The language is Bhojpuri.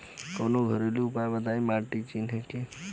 कवनो घरेलू उपाय बताया माटी चिन्हे के?